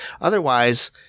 otherwise